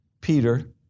Peter